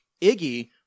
iggy